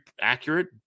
accurate